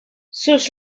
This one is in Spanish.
sus